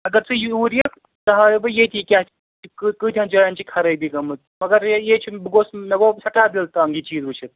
اَگر ژٕ یوٗرۍ یِکھ ژےٚ ہاوٕے بہٕ ییٚتِۍ کیٛاہ چھِ کٍتہَن جایَن چھِ خرٲبی گٔمٕژ مگر یہِ چھِ بہٕ گَوس مےٚ گوٚو سٮ۪ٹھاہ دِل تنٛگ یہِ چیٖز وُچھِتھ